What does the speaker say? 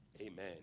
Amen